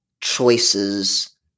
choices